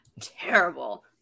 terrible